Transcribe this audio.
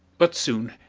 but soon,